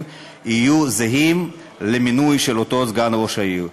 יהיו זהים למינוי של אותו סגן ראש העיר.